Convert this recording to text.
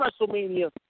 WrestleMania